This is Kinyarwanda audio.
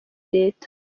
leta